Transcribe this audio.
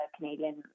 Canadian